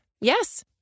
Yes